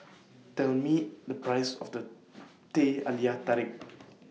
Tell Me The Price of The Teh Halia Tarik